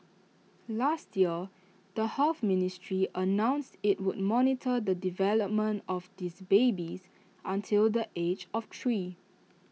last year the health ministry announced IT would monitor the development of these babies until the age of three